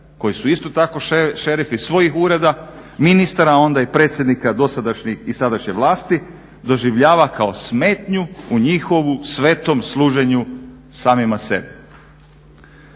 koji su isto tako šerifi svojih ureda, ministara a onda i predsjednika dosadašnjih i sadašnje vlasti doživljava kao smetnju u njihovu svetom služenju samima sebi.